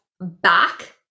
back